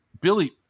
Billy